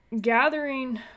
gathering